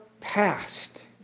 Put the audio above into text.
past